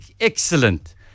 excellent